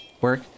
work